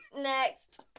Next